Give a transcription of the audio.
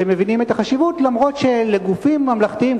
שמבינים את החשיבות אף שלגופים ממלכתיים,